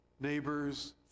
neighbors